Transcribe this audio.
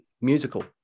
musical